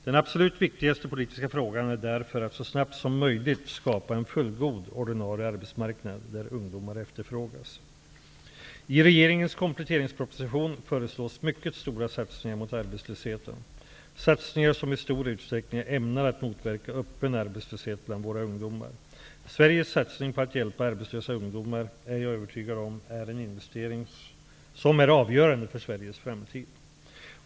Den absolut viktigaste politiska frågan är därför att så snabbt som möjligt skapa en fullgod ordinarie arbetsmarknad där ungdomar efterfrågas. I regeringens kompletteringsproposition föreslås mycket stora satsningar mot arbetslösheten -- satsningar som i stor utsträckning är ämnade att motverka öppen arbetslöshet bland våra ungdomar. Sveriges satsning på att hjälpa arbetslösa ungdomar, det är jag övertygad om, är en investering som är avgörande för Sveriges framtid.